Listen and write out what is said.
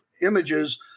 images